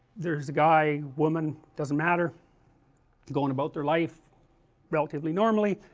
there is a guy, women, doesn't matter going about their life relatively normally,